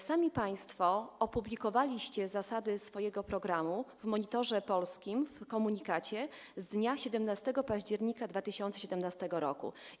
Sami państwo opublikowaliście zasady swojego programu w Monitorze Polskim w komunikacie z dnia 17 października 2017 r.